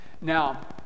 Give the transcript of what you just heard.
Now